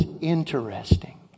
interesting